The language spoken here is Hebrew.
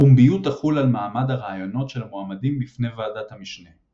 הפומביות תחול על מעמד הראיונות של המועמדים בפני ועדת המשנה.